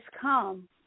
come